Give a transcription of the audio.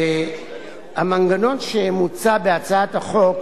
המנגנון שמוצע בהצעת החוק